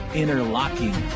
interlocking